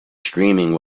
streaming